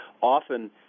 often